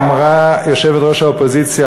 אמרה יושבת-ראש האופוזיציה,